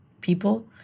people